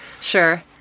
Sure